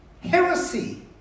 heresy